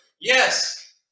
Yes